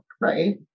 right